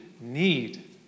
need